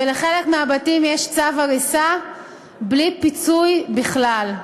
ולחלק מהבתים יש צו הריסה בלי פיצוי בכלל.